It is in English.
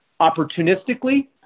opportunistically